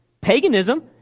Paganism